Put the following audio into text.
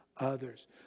others